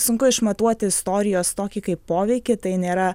sunku išmatuoti istorijos tokį kaip poveikį tai nėra